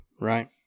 right